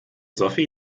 sophie